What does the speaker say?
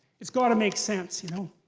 it's gotta make sense, you know?